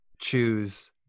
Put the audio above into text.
choose